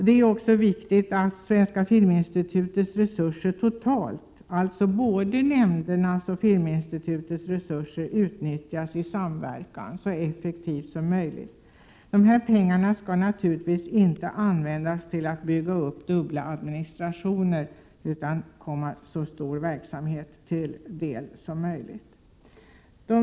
Det är också viktigt att Svenska filminstitutets resurser totalt, dvs. både nämndernas och Filminstitutets resurser, utnyttjas i samverkan så effektivt som möjligt. Dessa pengar skall naturligtvis inte användas till att bygga upp dubbla administrationer utan komma så stor verksamhet som möjligt till del.